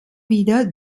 wieder